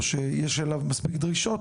או שיש אליו מספיק דרישות,